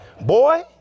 Boy